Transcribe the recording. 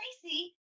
Tracy